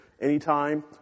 Anytime